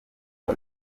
kwa